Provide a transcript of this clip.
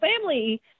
family